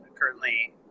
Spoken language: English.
currently